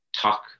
talk